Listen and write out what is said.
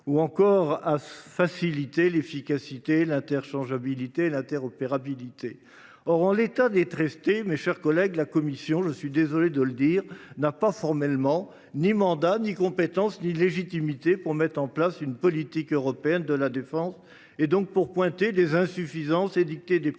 ou encore à faciliter l’efficacité, l’interchangeabilité et l’interopérabilité. Or, en l’état des traités, mes chers collègues, je suis désolé de le dire, la Commission n’a formellement ni mandat, ni compétence, ni légitimité pour mettre en place une politique européenne de la défense, donc pour pointer des insuffisances, édicter des priorités